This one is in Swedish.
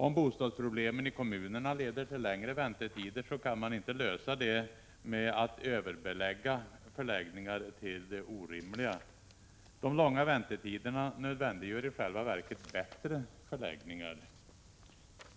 Om bostadsproblemen i kommunerna leder till längre väntetider, kan man inte lösa detta genom att överbelägga förläggningar till det orimliga. De långa väntetiderna nödvändiggör i själva verket bättre förläggningar.